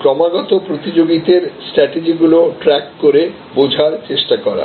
ক্রমাগত প্রতিযোগীদের স্ট্রাটেজিগুলি ট্র্যাক করে বোঝার চেষ্টা করা